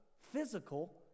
physical